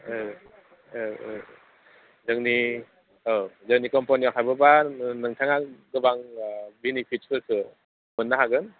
जोंनि औ जोंनि कम्पानियाव हाबोब्ला नोंथाङा गोबां बिनिफिटफोरखो मोननो हागोन